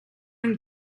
and